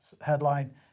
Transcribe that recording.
headline